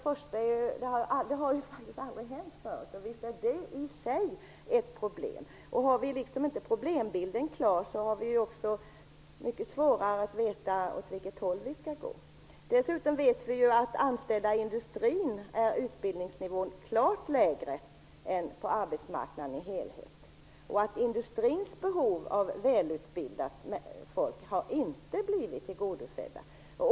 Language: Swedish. Det har aldrig hänt förr, och det är i sig ett problem. Om vi inte har problembilden klar för oss har vi också mycket svårare att veta åt vilket håll vi skall gå. Dessutom vet vi att utbildningsnivån bland anställda i industrin är klart lägre än den är på arbetsmarknaden i dess helhet. Industrins behov av välutbildat folk har inte blivit tillgodosett.